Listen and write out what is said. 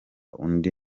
undi